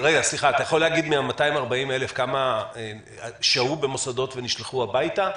מתוך ה-240,000, כמה שהו במוסדות ונשלחו הביתה?